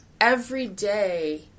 everyday